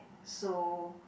so